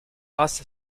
grâce